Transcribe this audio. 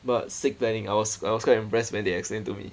but sick planning I was I was quite impressed when they explain to me